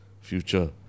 future